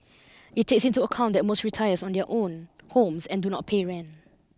it takes into account that most retirees own their own homes and do not pay rent